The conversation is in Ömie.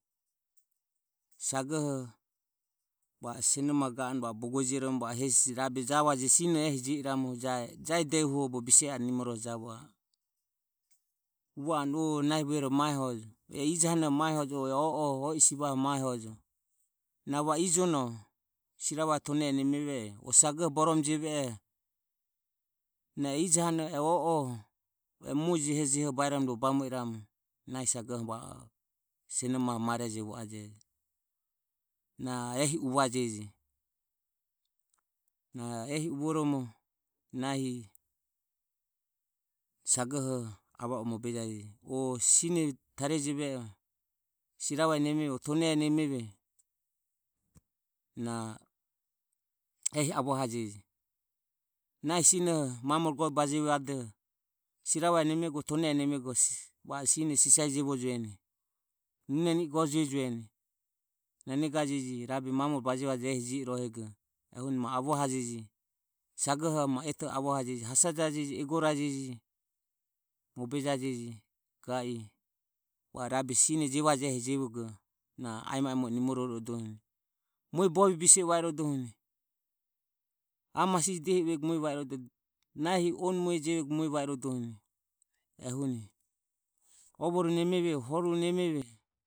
Sagoho va o senoho mae jio i ramu rabe javaje sinoho ehi jio i ramu jahi de uhoho bogo bise oho nimoroho javo a e. Uvo anu nahi vuehoroho mae hojo. E ijo hanoho e oi sivaho mae hojo. Na va o ijono sirava tone nemeve oho o sagoho borome jeve oho na e ijo hanoho e o oho o e mu jehojeho vaeromo ro bamo i ramu nahi sagoho va o seno maho marejevo ajejo. Na ehi uvajeje na ehi uvoromo nahi sagoho avo ho mobe jajeje o sine tario jeve oho o siravae neme ve oho o tone nemeve na ehi avohajeje nahi sinoho mamo go bajevadoho siravae o tone nemevego va o sine sise jevojoni nu ane go jiojoni na negaje rabe mamo hu bajevade ehi jiojorohego ehuni ma avohajeje sagoho ma eto e avohajeje na hasajajeje egorajeje mobejajeje ga i va rabe sine jevade ehi jevego na aemo aemo o nimoroho i rodoho mue bovie bise e va i rodoho ae masije dehi uvego mue va i rodohuni nahi on mue jevego va i rodohuni ehuni, ovoro nemeve o horuro nemeve.